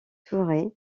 touré